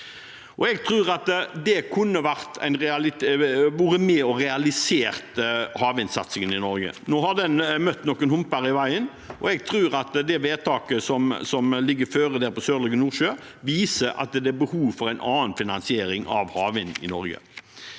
Jeg tror det kunne vært med på å realisere havvindsatsingen i Norge. Nå har en møtt noen humper i veien, og jeg tror at det vedtaket som foreligger når det gjelder Sørlige Nordsjø II, viser at det er behov for en annen finansiering av havvind i Norge.